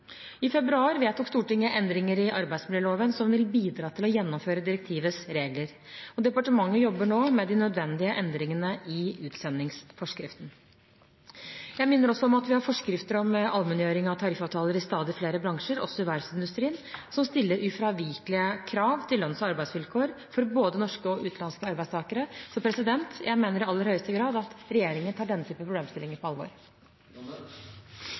I februar vedtok Stortinget endringer i arbeidsmiljøloven som vil bidra til å gjennomføre direktivets regler. Departementet jobber nå med de nødvendige endringene i utsendingsforskriften. Jeg minner også om at vi har forskrifter om allmenngjøring av tariffavtaler i stadig flere bransjer, også i verftsindustrien, som stiller ufravikelige krav til lønns- og arbeidsvilkår for både norske og utenlandske arbeidstakere. Jeg mener i aller høyeste grad at regjeringen tar denne typen problemstillinger på alvor.